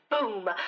boom